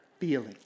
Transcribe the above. feeling